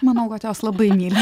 manau kad jos labai myli